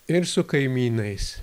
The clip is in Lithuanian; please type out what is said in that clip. ir su kaimynais